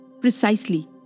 precisely